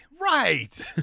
Right